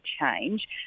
change